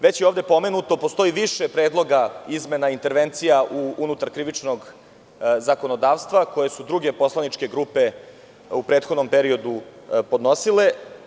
Već je ovde pomenuto, postoji više predloga, izmena i intervencija unutar krivičnog zakonodavstva koje su druge poslaničke grupe u prethodnom periodu podnosile.